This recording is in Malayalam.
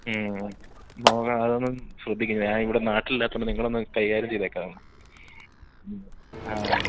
ഓകെ അതൊന്ന് ശ്രദ്ധി ക്കുക ഞാൻ ഇവിടെ നാട്ടിൽ ഇല്ലാത്തതു കൊണ്ട് നിങ്ങൾ ഒന്ന് കൈകാര്യ ചെയ്തേക്കാമോ മ്മ് ആ